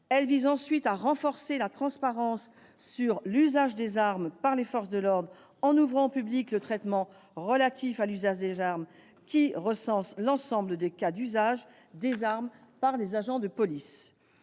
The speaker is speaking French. loi vise ensuite à renforcer la transparence sur l'usage des armes par les forces de l'ordre, en ouvrant au public le traitement relatif à l'usage des armes, qui recense l'ensemble des cas d'usage par les agents de police.